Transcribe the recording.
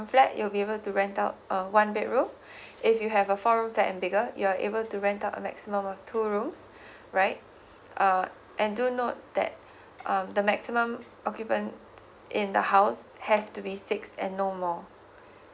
flat you'll be able to rent out uh one bedroom if you have a four room flat and bigger you're able to rent out a maximum of two rooms right uh and do note that um the maximum occupant in the house has to be six and no more